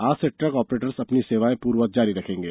आज से truck operators अपनी सेवायें पूर्ववत जारी रखेंगे